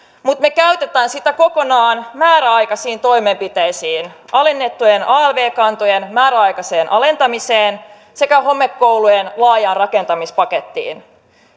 mutta me käytämme sitä kokonaan määräaikaisiin toimenpiteisiin alennettujen alv kantojen määräaikaiseen alentamiseen sekä homekoulujen laajaan rakentamispakettiin